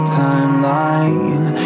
timeline